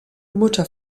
mutter